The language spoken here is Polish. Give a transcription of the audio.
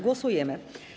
Głosujemy.